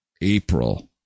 April